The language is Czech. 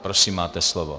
Prosím, máte slovo.